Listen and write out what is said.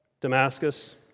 Damascus